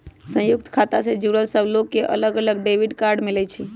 संयुक्त खाता से जुड़ल सब लोग के अलग अलग डेबिट कार्ड मिलई छई